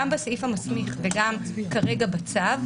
גם בסעיף המסמיך וגם כרגע בצו,